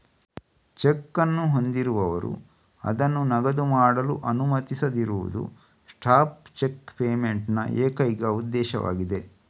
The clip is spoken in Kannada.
ಚೆಕ್ ಅನ್ನು ಹೊಂದಿರುವವರು ಅದನ್ನು ನಗದು ಮಾಡಲು ಅನುಮತಿಸದಿರುವುದು ಸ್ಟಾಪ್ ಚೆಕ್ ಪೇಮೆಂಟ್ ನ ಏಕೈಕ ಉದ್ದೇಶವಾಗಿದೆ